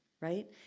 right